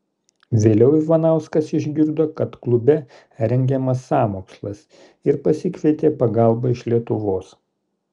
vėliau ivanauskas išgirdo kad klube rengiamas sąmokslas ir pasikvietė pagalbą iš lietuvos